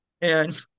And-